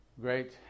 Great